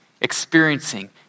experiencing